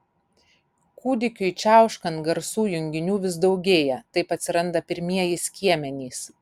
kūdikiui čiauškant garsų junginių vis daugėja taip atsiranda pirmieji skiemenys